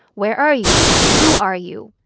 where are you? who are you?